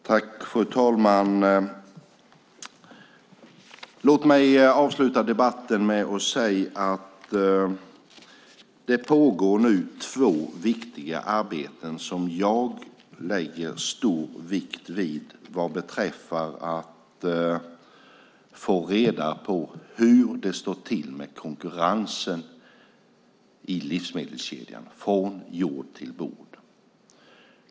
Fru talman! Låt mig avsluta debatten med att säga att det nu pågår två viktiga arbeten som jag lägger stor vikt vid vad beträffar att få reda på hur det står till med konkurrensen i livsmedelskedjan, från jord till bord.